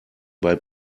bei